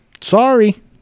Sorry